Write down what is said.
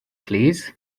plîs